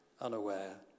unaware